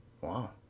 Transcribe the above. Wow